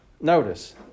Notice